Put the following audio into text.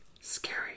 Scary